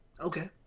Okay